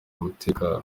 umutekano